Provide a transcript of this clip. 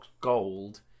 Gold